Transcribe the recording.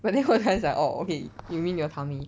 but then 我刚才想 orh okay you mean your tummy